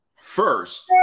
first